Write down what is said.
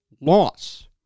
loss